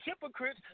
hypocrites